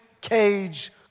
cage